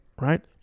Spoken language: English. Right